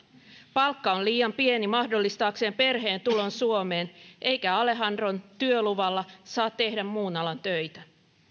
palkka on liian pieni mahdollistaakseen perheen tulon suomeen eikä alejandron työluvalla saa tehdä muun alan töitä